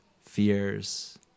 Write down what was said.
fears